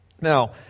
Now